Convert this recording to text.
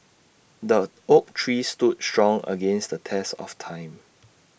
the oak tree stood strong against the test of time